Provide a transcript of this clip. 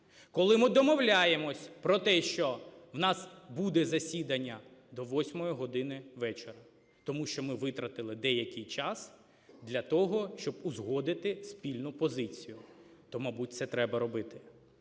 Коли ми домовляємось про те, що в нас буде засідання до 8 години вечора, тому що ми витратили деякий час для того, щоб узгодити спільну позицію, то, мабуть, це треба робити.